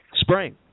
spring